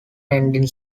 ending